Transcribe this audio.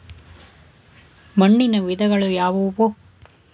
ಮಣ್ಣಿನ ವಿಧಗಳು ಯಾವುವು?